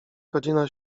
godzina